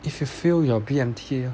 if you fail your B_M_T ah